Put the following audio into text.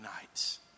nights